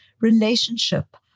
relationship